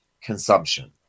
consumption